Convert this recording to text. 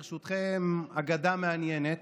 ברשותכם, אגדה מעניינת